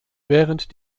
während